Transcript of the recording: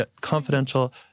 confidential